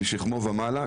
משכמו ומעלה.